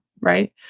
right